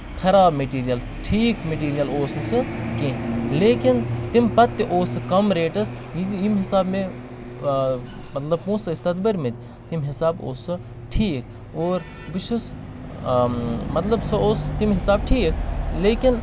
خراب میٹیٖریل ٹھیٖک میٹیٖریل اوس نہٕ سُہ کیٚنٛہہ لیکِن تَمہِ پَتہٕ تہِ اوس سُہ کَم ریٹَس ییٚمہِ حِسابہٕ مےٚ مطلب پونسہٕ ٲسۍ تَتھ بٔرمٕتۍ تَمہِ حِسابہٕ اوس سُہ ٹھیٖک اور بہٕ چھُس مطلب سُہ اوس تَمہِ حِسابہٕ ٹھیٖک لیکِن